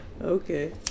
Okay